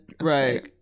Right